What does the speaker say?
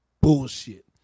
bullshit